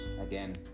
again